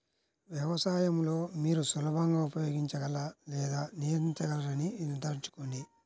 వ్యవసాయం లో మీరు సులభంగా ఉపయోగించగల లేదా నియంత్రించగలరని నిర్ధారించుకోండి